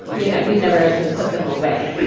you know, he'd never actually put them away